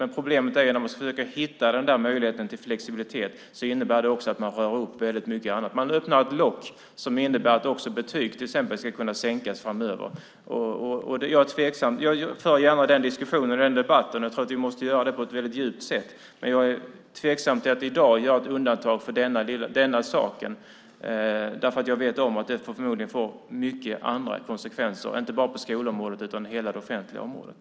Men problemet är att när man ska försöka hitta den där möjligheten till flexibilitet innebär det också att man rör upp väldigt mycket annat. Man öppnar ett lock, och det innebär till exempel också att betyg ska kunna sänkas framöver. Jag för gärna den diskussionen och den debatten, och jag tror att vi måste göra det på djupet. Men jag är tveksam till att vi i dag ska göra ett undantag för den här saken, för jag vet att det förmodligen får många andra konsekvenser, inte bara på skolområdet utan på hela det offentliga området.